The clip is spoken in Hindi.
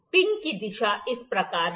पिन की दिशा इस प्रकार है